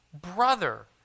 brother